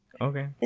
Okay